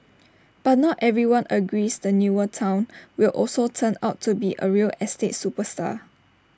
but not everyone agrees the newer Town will also turn out to be A real estate superstar